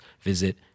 visit